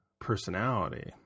personality